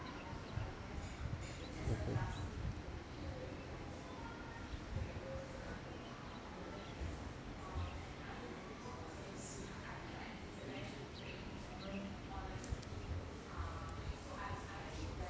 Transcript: mmhmm